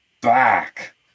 back